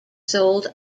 sold